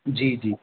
जी जी